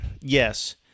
yes